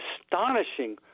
astonishing